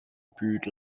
brewed